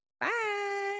Bye